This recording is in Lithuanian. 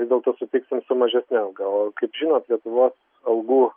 vis dėlto sutiksim su mažesne alga o kaip žinot lietuvos algų